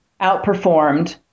outperformed